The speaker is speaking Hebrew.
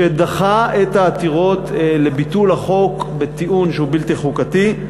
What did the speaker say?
שדחה את העתירות לביטול החוק בטיעון שהוא בלתי חוקתי,